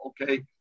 Okay